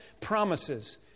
promises